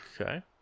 Okay